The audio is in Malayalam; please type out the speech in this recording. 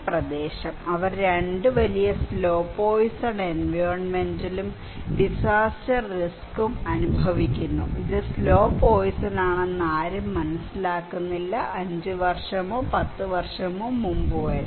ഈ പ്രദേശം അവർ രണ്ട് വലിയ സ്ലോ പോയ്സൺ എൻവയോണ്മെന്റലും ഡിസാസ്റ്റർ റിസ്ക്കും അനുഭവിക്കുന്നു ഇത് സ്ലോ പോയ്സനാണെന്ന് ആരും മനസ്സിലാക്കുന്നില്ല 5 വർഷമോ 10 വർഷമോ മുമ്പ് വരെ